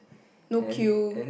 no queue